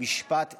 משפט צדק".